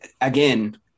again –